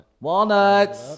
Walnuts